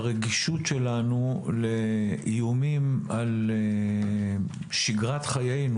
שהרגישות שלנו לאיומים על שגרת חיינו,